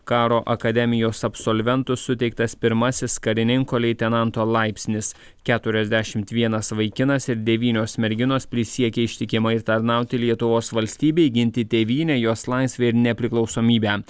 karo akademijos absolventų suteiktas pirmasis karininko leitenanto laipsnis keturiasdešimt vienas vaikinas ir devynios merginos prisiekė ištikimai tarnauti lietuvos valstybei ginti tėvynę jos laisvę ir nepriklausomybę